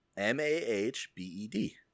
M-A-H-B-E-D